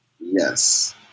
Yes